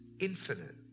infinite